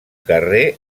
carrer